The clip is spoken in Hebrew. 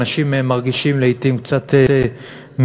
אנשים מרגישים לעתים קצת מרומים,